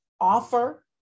offer